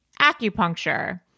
acupuncture